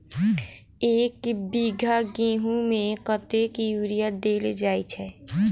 एक बीघा गेंहूँ मे कतेक यूरिया देल जाय छै?